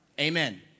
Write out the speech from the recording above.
Amen